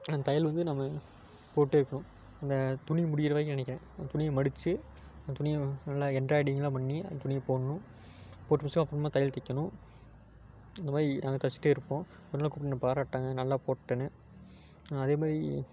அந்த தையல் வந்து நம்ம போட்டேருக்கணும் அந்த துணி முடிகிற வரைக்கும் நினைக்கிறன் அந்த துணியை மடிச்சு அந்த துணியை நல்லா என்ராய்டிங்கலாம் பண்ணி அந்த துணியை போடணும் போட்டு வச்சுட்டு அப்புறமா தையல் தைக்கணும் அந்தமாதிரி தைச்சிகிட்டே இருப்போம் ஒரு நடை கூப்ட்டு என்னை பாராட்டினாங்க நல்லா போட்டேன்னு அதேமாதிரி